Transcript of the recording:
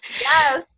Yes